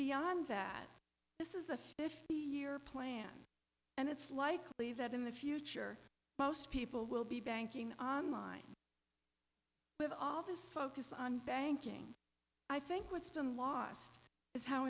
beyond that this is the fifty year plan and it's likely that in the future most people will be banking online with all this focus on banking i think what's been lost is how